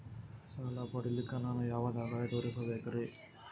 ಸಾಲ ಪಡಿಲಿಕ್ಕ ನಾನು ಯಾವ ದಾಖಲೆ ತೋರಿಸಬೇಕರಿ?